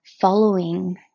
following